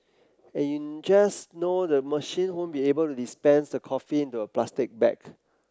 and you just know the machine won't be able to dispense the coffee into a plastic bag